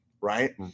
right